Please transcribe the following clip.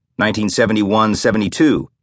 1971-72